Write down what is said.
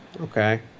Okay